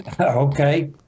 Okay